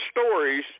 stories